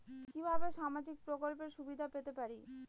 কিভাবে সামাজিক প্রকল্পের সুবিধা পেতে পারি?